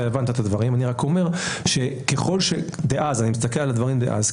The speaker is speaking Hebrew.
אני רק אומר שאני מסתכל על הדברים דאז,